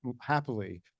happily